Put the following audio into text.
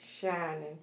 shining